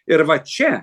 ir va čia